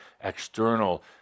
external